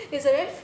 is a